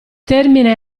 termine